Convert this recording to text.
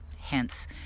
Hence